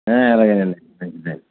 అలాగే అండి మంచిది అండి